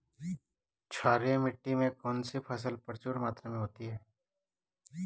क्षारीय मिट्टी में कौन सी फसल प्रचुर मात्रा में होती है?